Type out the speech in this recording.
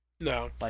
No